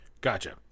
gotcha